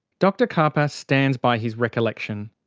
dr karpa stands by his recollection.